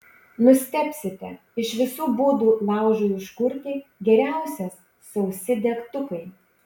nustebsite iš visų būdų laužui užkurti geriausias sausi degtukai